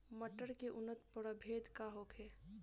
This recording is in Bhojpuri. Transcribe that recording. मटर के उन्नत प्रभेद का होखे?